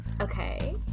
Okay